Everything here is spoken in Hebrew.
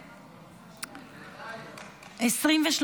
נתקבל.